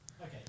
Okay